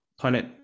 toilet